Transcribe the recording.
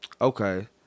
okay